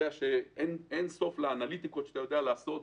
יודע שאין סוף לאנליטיקות שאתה יכול לעשות,